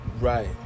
Right